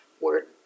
Word